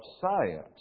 science